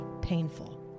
painful